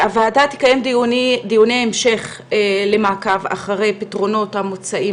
הוועדה תקיים דיוני המשך למעקב אחרי הפתרונות המוצעים